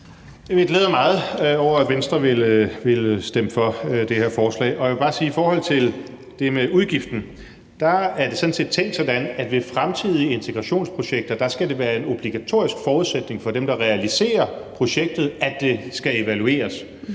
Jeg glæder mig meget over, at Venstre vil stemme for det her forslag. Jeg vil bare sige i forhold til det med udgiften, at det er tænkt sådan, at det ved fremtidige integrationsprojekter skal være en obligatorisk forudsætning for dem, der realiserer projektet, at det skal evalueres.